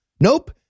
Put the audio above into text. Nope